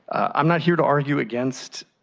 i'm not here to argue against